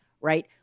Right